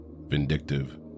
vindictive